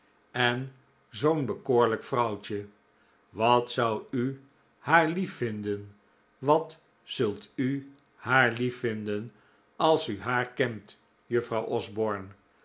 en zoo'n bekoorlijk vrouwtje wat zou u haar lief vinden wat zult u haar lief vinden als u haar kent juffrouw osborne